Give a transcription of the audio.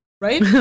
right